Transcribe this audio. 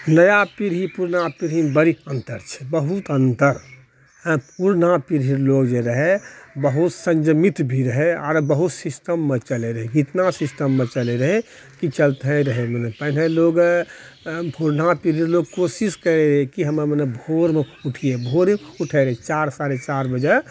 नया पीढ़ी पुरना पीढ़ीमे बड़ीक अन्तर छै बहुत अन्तर अऽ पुरना पीढ़ी लोक जे रहय बहुत संयमित भी रहय आओर बहुत सिस्टममऽ चलैत रहै इतना सिस्टममऽ चलैत रहय कि चलते ही रहय मने पहिने लोग पुरना पीढ़ी लोग कोशिश करय रहय कि हमे मने भोरमऽ उठियै भोरे उठैत रहय चारि साढ़े चारि बजे